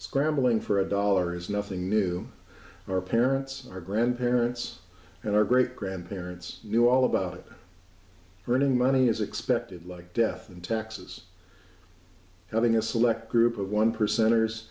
scrambling for a dollar is nothing new our parents our grandparents and our great grandparents knew all about earning money is expected like death and taxes having a select group of one percenters